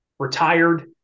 retired